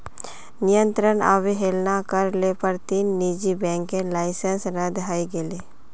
नियंत्रनेर अवहेलना कर ल पर तीन निजी बैंकेर लाइसेंस रद्द हई गेले